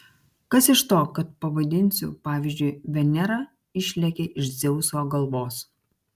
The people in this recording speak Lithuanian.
kas iš to kad pavadinsiu pavyzdžiui venera išlėkė iš dzeuso galvos